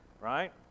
right